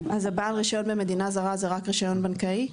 אז בעל רישיון במדינה זרה זה רק רישיון בנקאי?